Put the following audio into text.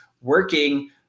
working